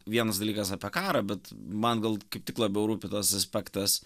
vienas dalykas apie karą bet man gal kaip tik labiau rūpi tas aspektas